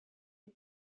des